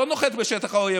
לא נוחת בשטח האויב,